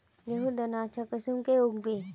गेहूँर दाना अच्छा कुंसम के उगबे?